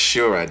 Sure